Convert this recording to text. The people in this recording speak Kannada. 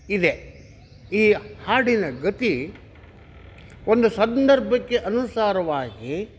ಇದೆ ಈ ಹಾಡಿನ ಗತಿ ಒಂದು ಸಂದರ್ಭಕ್ಕೆ ಅನುಸಾರವಾಗಿ